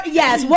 yes